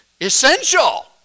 Essential